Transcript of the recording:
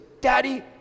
Daddy